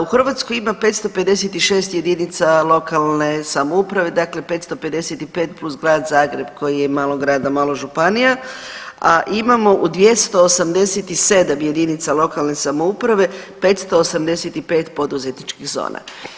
U Hrvatskoj ima 556 jedinica lokalne samouprave dakle 555 + Grad Zagreb koji je malo grad, a malo županija, a imamo u 287 jedinica lokalne samouprave, 585 poduzetničkih zona.